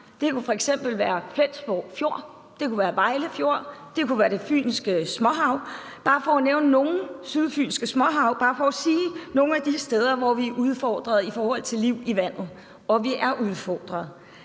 Det kunne f.eks. være i Flensborg Fjord, Vejle Fjord eller det fynske øhav. Det er bare for at nævne nogle af de steder, hvor vi er udfordret i forhold til liv i vandet. Og vi er udfordret.